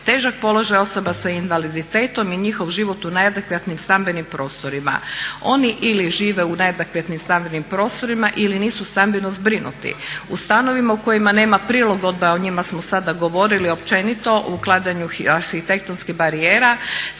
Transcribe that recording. težak položaj osoba sa invaliditetom i njihov život u neadekvatnim stambenim prostorima. Oni ili žive u neadekvatnim stambenim prostorima ili nisu stambeno zbrinuti. U stanovima u kojima nema prilagodbe, a o njima smo sada govorili općenito o uklanjanju arhitektonskih barijera